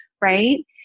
right